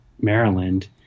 Maryland